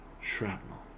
shrapnel